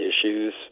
issues